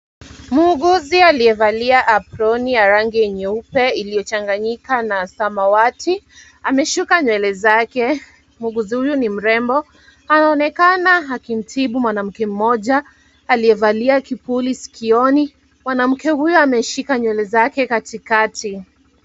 Muuguzi aliyevalia aproni ya rangi nyeupe iliyochanganyika na samawati. Ameshuka nywele zake. Muuguzi huyu ni mrembo. Anaonekana akimtibu mwanamke mmoja aliyevalia kipuli sikioni. Mwanamke huyu ameshika nywele zake katikati.